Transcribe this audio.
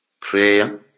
Prayer